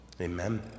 Amen